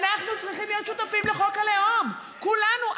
אנחנו צריכים להיות שותפים לחוק הלאום, כולנו.